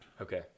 okay